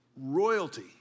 Royalty